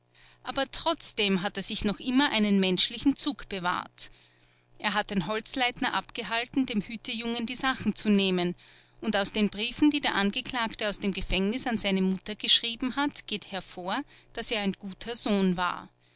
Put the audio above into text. aber trotzdem hat er sich noch immer einen menschlichen zug bewahrt er hat den holzleitner abgehalten dem hütejungen die sachen zu nehmen und aus den briefen die der angeklagte aus dem gefängnis an seine mutter geschrieben hat geht hervor daß er ein guter sohn war